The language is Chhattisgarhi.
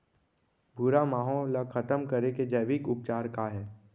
भूरा माहो ला खतम करे के जैविक उपचार का हे?